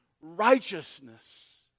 righteousness